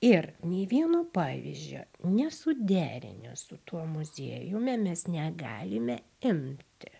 ir nei vieno pavyzdžio nesuderinę su tuo muziejumi mes negalime imti